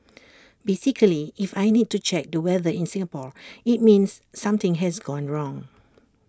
basically if I need to check the weather in Singapore IT means something has gone wrong